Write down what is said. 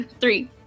Three